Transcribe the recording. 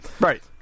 Right